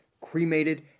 cremated